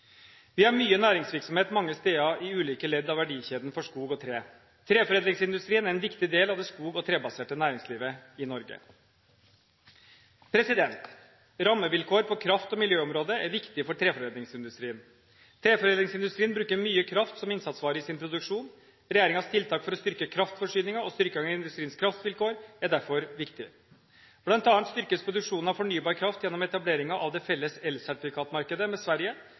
Vi har mye næringsvirksomhet mange steder i ulike ledd av verdikjeden for skog og tre. Treforedlingsindustrien er en viktig del av det skog- og trebaserte næringslivet i Norge. Rammevilkår på kraft- og miljøområdet er viktige for treforedlingsindustrien. Treforedlingsindustrien bruker mye kraft som innsatsvare i sin produksjon. Regjeringens tiltak for å styrke kraftforsyningen og styrking av industriens kraftvilkår er derfor viktige. Blant annet styrkes produksjonen av fornybar kraft gjennom etableringen av det felles elsertifikatmarkedet med Sverige